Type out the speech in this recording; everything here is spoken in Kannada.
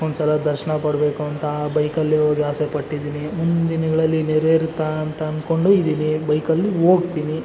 ಒಂದ್ಸಲ ದರ್ಶನ ಪಡೀಬೇಕು ಅಂತ ಬೈಕಲ್ಲಿ ಹೋಗಿ ಆಸೆ ಪಟ್ಟಿದ್ದೀನಿ ಮುಂದಿನ ದಿನಗಳಲ್ಲಿ ನೆರವೇರುತ್ತಾ ಅಂತ ಅಂದ್ಕೊಂಡು ಇದ್ದೀನಿ ಬೈಕಲ್ಲಿ ಹೋಗ್ತೀನಿ